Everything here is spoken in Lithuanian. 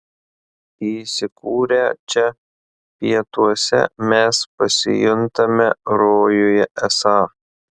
įsikūrę čia pietuose mes pasijuntame rojuje esą